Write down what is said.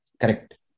Correct